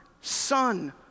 Son